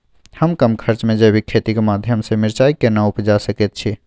हम कम खर्च में जैविक खेती के माध्यम से मिर्चाय केना उपजा सकेत छी?